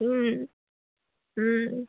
ও ও